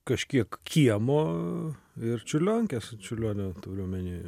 kažkiek kiemo ir čiurlionkės čiurlionio turiu omeny